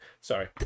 Sorry